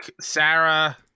Sarah